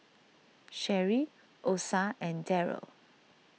Sherie Osa and Derrell